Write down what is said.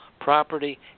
property